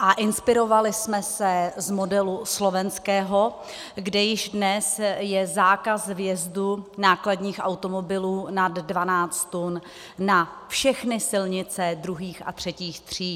a inspirovali jsme se z modelu slovenského, kde již dnes je zákaz vjezdu nákladních automobilů nad 12 tun na všechny silnice druhých a třetích tříd.